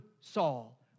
Saul